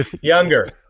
Younger